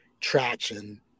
traction